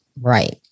Right